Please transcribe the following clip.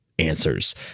answers